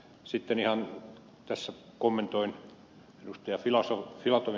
sitten ihan tässä kommentoin ed